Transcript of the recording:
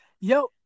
yo